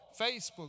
Facebook